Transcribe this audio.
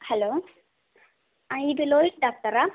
hello ಇದು ಲೋಹಿತ್ ಡಾಕ್ಟರಾ